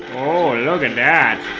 oh look and at